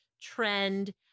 trend